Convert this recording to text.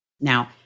Now